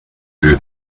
clear